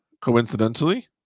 Coincidentally